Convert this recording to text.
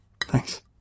Thanks